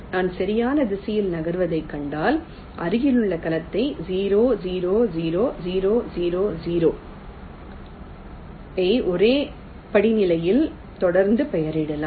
எனவே நான் சரியான திசையில் நகர்வதைக் கண்டால் அருகிலுள்ள கலத்தை 0 0 0 0 0 0 ஐ ஒரே படிநிலையில் தொடர்ந்து பெயரிடலாம்